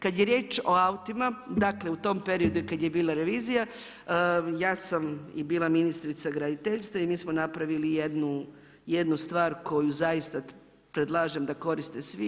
Kad je riječ o autima, dakle u tom periodu kad je bila revizija ja sam bila ministrica graditeljstva i mi smo napravili jednu stvar koju zaista predlažem da koriste svi.